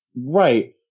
Right